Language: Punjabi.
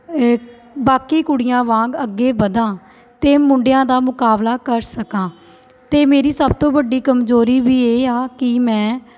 ਬਾਕੀ ਕੁੜੀਆਂ ਵਾਂਗ ਅੱਗੇ ਵਧਾ ਅਤੇ ਮੁੰਡਿਆਂ ਦਾ ਮੁਕਾਬਲਾ ਕਰ ਸਕਾਂ ਅਤੇ ਮੇਰੀ ਸਭ ਤੋਂ ਵੱਡੀ ਕਮਜ਼ੋਰੀ ਵੀ ਇਹ ਆ ਕਿ ਮੈਂ